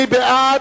מי בעד?